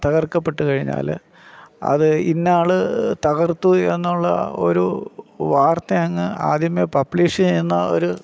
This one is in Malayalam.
തകർക്കപ്പെട്ടു കഴിഞ്ഞാൽ അത് ഇന്ന ആൾ തകർത്തു എന്നുള്ള ഒരു വർത്ത അങ്ങ് ആദ്യമേ പബ്ലിഷ് ചെയ്യുന്ന ഒരു